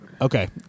Okay